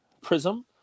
prism